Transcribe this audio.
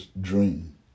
dream